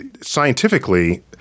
scientifically